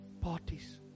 parties